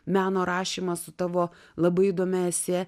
meno rašymą su tavo labai įdomia esė